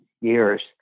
years